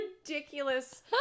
ridiculous